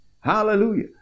hallelujah